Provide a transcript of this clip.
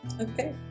Okay